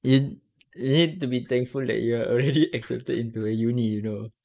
you ne~ you need to be thankful that you are already accepted into a uni you know